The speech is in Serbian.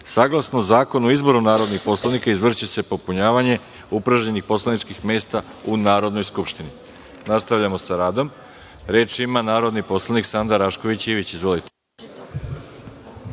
ostavke. Saglasno Zakonu o izboru narodnih poslanika, izvršiće se popunjavanje upražnjenih poslaničkih mesta u Narodnoj skupštini. Nastavljamo sa radom. Reč ima narodni poslanik Sanda Rašković Ivić. Izvolite.